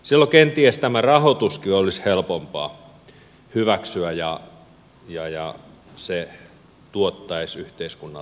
silloin kenties tämä rahoituskin olisi helpompi hyväksyä ja se tuottaisi yhteiskunnalle enemmän